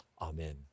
Amen